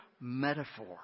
metaphor